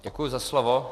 Děkuji za slovo.